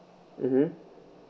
mmhmm